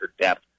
depth